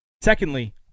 Secondly